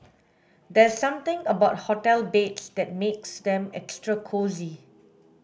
there's something about hotel beds that makes them extra cosy